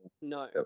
No